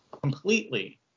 completely